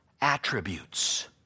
attributes